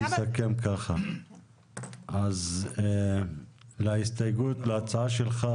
אז להצעה שלך,